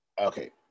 Okay